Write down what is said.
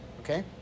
Okay